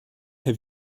herr